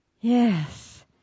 yes